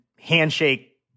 handshake